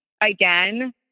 again